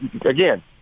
again